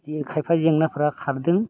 बिदिनो खायफा जेंनाफोरा खारदों